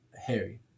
Harry